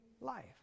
life